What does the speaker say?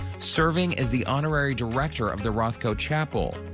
serving as the honorary director of the roszko chapel,